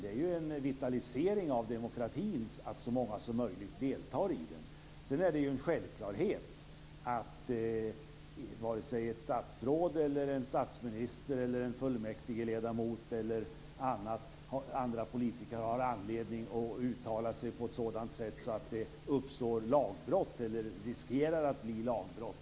Det är ju en vitalisering av demokratin att så många som möjligt deltar i den. Sedan är det en självklarhet att varken ett statsråd, en statsminister, en fullmäktigeledamot eller någon annan politiker har anledning att uttala sig på ett sådant sätt att det uppstår eller riskerar att uppstå lagbrott.